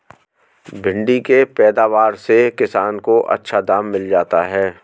भिण्डी के पैदावार से किसान को अच्छा दाम मिल जाता है